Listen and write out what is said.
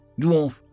Dwarf